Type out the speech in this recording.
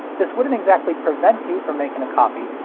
this wouldn't exactly prevent you from making a copy,